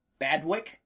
Badwick